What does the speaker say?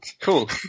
cool